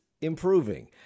improving